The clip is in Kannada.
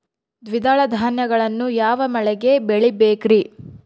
ದ್ವಿದಳ ಧಾನ್ಯಗಳನ್ನು ಯಾವ ಮಳೆಗೆ ಬೆಳಿಬೇಕ್ರಿ?